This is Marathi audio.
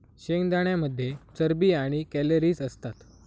शेंगदाण्यांमध्ये चरबी आणि कॅलरीज असतात